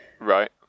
Right